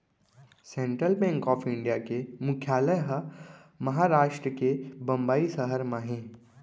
central Bank of India के मुख्यालय ह महारास्ट के बंबई सहर म हे